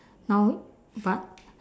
now but